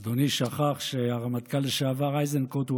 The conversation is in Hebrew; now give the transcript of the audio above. אדוני שכח שהרמטכ"ל לשעבר איזנקוט הוא